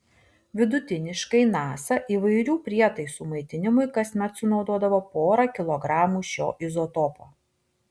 vidutiniškai nasa įvairių prietaisų maitinimui kasmet sunaudodavo porą kilogramų šio izotopo